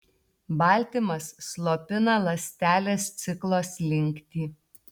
baltymas slopina ląstelės ciklo slinktį